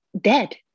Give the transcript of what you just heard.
dead